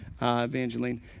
Evangeline